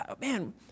man